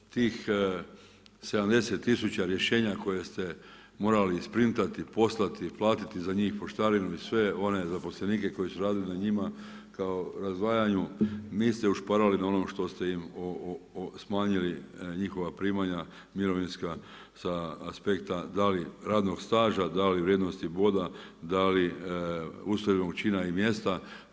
Tih 70 tisuća rješenja koje ste morali isprintati i poslati za njih poštarinu i sve one zaposlenike koji su radili na njima kao razdvajanju niste ušparali na onom što ste im smanjili njihova primanja mirovinska sa aspekta da li radnog staža, da li vrijednosti boda, da li … čina i mjesta.